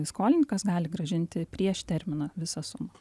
skolininkas gali grąžinti prieš terminą visą sumą